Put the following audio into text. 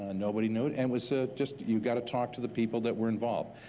and nobody knew it, and was ah just. you gotta talk to the people that were involved.